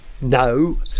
no